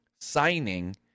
signing